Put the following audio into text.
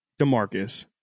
DeMarcus